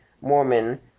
Mormon